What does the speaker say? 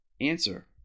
Answer